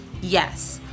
Yes